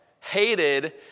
hated